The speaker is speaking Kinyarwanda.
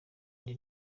indi